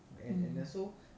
mm